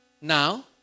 Now